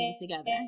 together